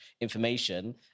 information